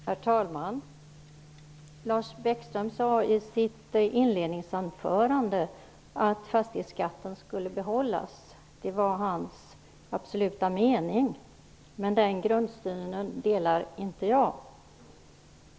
Herr talman! Lars Bäckström sade i sitt inledningsanförande att fastighetsskatten skulle behållas. Det var hans absoluta mening. Den grundsynen delar inte jag.